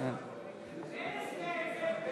אין הסכם.